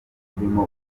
urimo